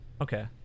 Okay